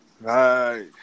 Right